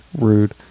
rude